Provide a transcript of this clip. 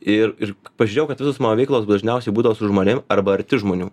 ir ir pažiūrėjau kad visos mano veiklos dažniausiai būdavo su žmonėm arba arti žmonių